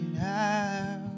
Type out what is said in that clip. out